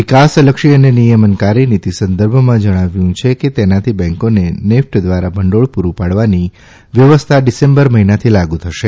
વિકાસલક્ષી અને નિયમનકારી નીતિ સંદર્ભમાં જણાવ્યું છે કે તેનાથી બેન્કોને નેફટ દ્વારા ભંડોળ પૂરું પાડવાની વ્યવ્યસ્થા ડીસેમ્બર મહિનાથી લાગુ થશે